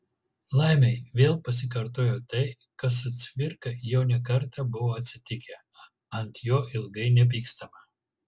laimei vėl pasikartojo tai kas su cvirka jau ne kartą buvo atsitikę ant jo ilgai nepykstama